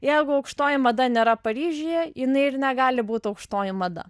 jeigu aukštoji mada nėra paryžiuje jinai ir negali būt aukštoji mada